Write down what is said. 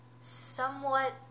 somewhat